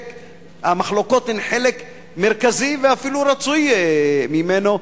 והמחלוקות הן חלק מרכזי ואפילו רצוי ממנו,